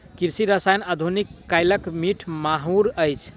कृषि रसायन आधुनिक कालक मीठ माहुर अछि